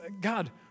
God